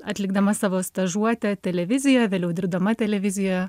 atlikdama savo stažuotę televizijoj vėliau dirbdama televizijoje